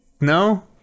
no